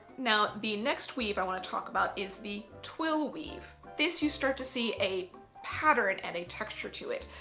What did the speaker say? now the next weave i want to talk about is the twill weave. this you start to see a pattern and a texture to it.